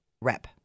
rep